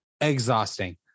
exhausting